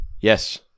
Yes